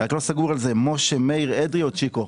אני לא סגור על זה משה מאיר אדרי או צ'יקו?